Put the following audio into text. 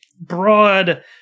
broad